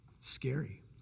Scary